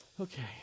Okay